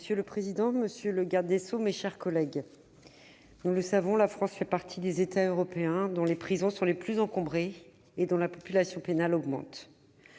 Monsieur le président, monsieur le garde des sceaux, mes chers collègues, nous le savons, la France fait partie des États européens dont les prisons sont les plus encombrées et dont la population pénale augmente.